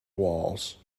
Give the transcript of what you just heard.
walls